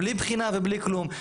בלי בחינה ובלי כלום,